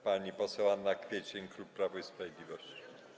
Pani poseł Anna Kwiecień, klub Prawo i Sprawiedliwość.